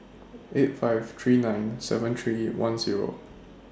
eight five three nine seven three one Zero